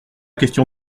question